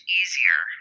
easier